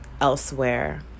elsewhere